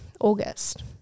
August